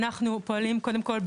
אנחנו פועלים קודם כל,